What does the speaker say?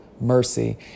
mercy